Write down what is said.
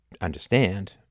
understand